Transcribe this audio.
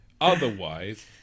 Otherwise